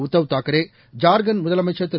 உத்தவ் தாக்கரே ஜார்க்கண்ட் முதலமைச்சர் திரு